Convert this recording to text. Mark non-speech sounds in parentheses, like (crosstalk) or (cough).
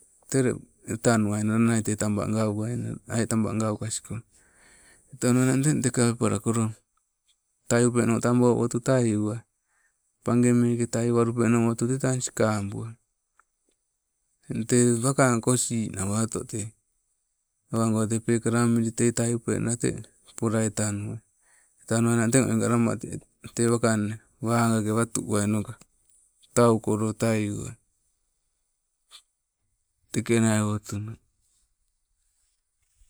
Tete ule etanuwainaa te taba gauwainang ai taba gaukasiko, etanuwainang eng eka, wepalakolo talupenoo ang, wong wutu taiawai. Page meke te taiuwalupenato e tang sikabuwai, eng tei wakangkosinawato te awago te pekala amili tei talupenna pola etanu, enawainang teng (unintelligible) te wakangne wagake watu uwainoka taukolo taluwai, tekenai wotu.